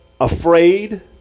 afraid